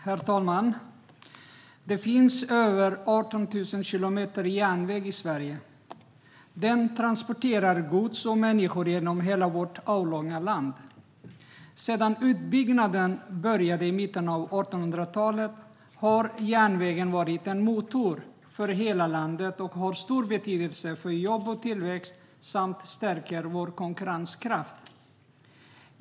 Herr talman! Det finns över 18 000 kilometer järnväg i Sverige. Den transporterar gods och människor genom hela vårt avlånga land. Sedan utbyggnaden började i mitten av 1800-talet har järnvägen varit en motor för hela landet, den har stor betydelse för jobb och tillväxt och den stärker vår konkurrenskraft.